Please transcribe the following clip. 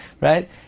Right